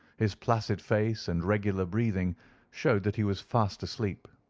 his placid face and regular breathing showed that he was fast asleep.